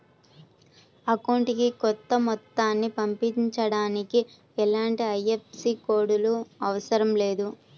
అకౌంటుకి కొంత మొత్తాన్ని పంపించడానికి ఎలాంటి ఐఎఫ్ఎస్సి కోడ్ లు అవసరం లేదు